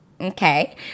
okay